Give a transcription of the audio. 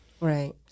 Right